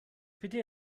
bitte